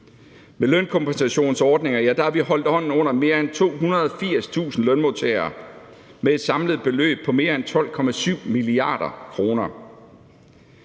Med lønkompensationsordninger har vi holdt hånden under mere end 280.000 lønmodtagere med et samlet beløb på mere end 12,7 mia. kr.;